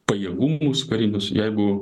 pajėgumus karinius jeigu